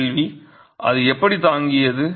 கேள்வி அது எப்படி தாங்கியது